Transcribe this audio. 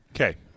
Okay